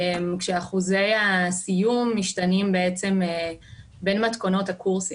כשאחוזי הסיום משתנים בין מתכונות הקורסים.